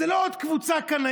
זו לא עוד קבוצה קנאית,